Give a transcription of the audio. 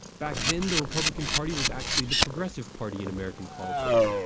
back then, the republican party was actually the progressive party in american politics.